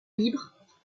libre